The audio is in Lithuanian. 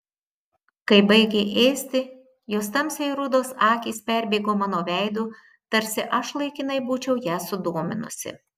kai baigė ėsti jos tamsiai rudos akys perbėgo mano veidu tarsi aš laikinai būčiau ją sudominusi